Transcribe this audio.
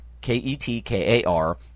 K-E-T-K-A-R